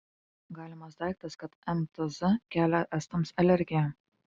galimas daiktas kad mtz kelia estams alergiją